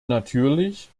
natürlich